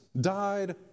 died